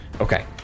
Okay